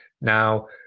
Now